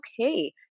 okay